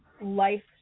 life